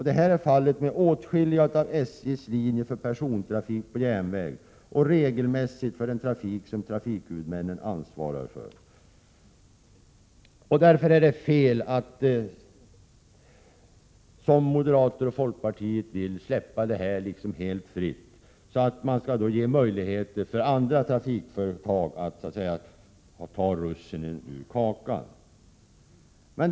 Det är fallet med åtskilliga av SJ:s linjer för persontrafik på järnväg och regelmässigt också för den trafik som trafikhuvudmännen har ansvar för. Det är därför fel att, som moderater och folkpartister vill, släppa detta helt fritt. Man skulle då ge möjlighet för andra trafikföretag att så att säga ta russinen ur kakan.